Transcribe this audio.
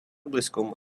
близькому